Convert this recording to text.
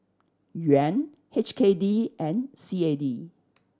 Yuan H K D and C A D